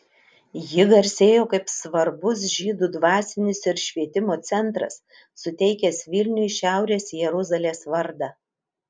ji garsėjo kaip svarbus žydų dvasinis ir švietimo centras suteikęs vilniui šiaurės jeruzalės vardą